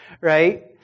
right